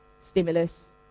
stimulus